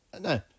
no